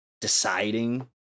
deciding